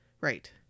Right